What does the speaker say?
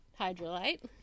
hydrolite